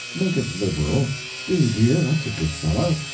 make it liberal do, dear, that's a good fellow.